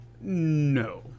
No